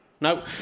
No